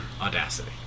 Audacity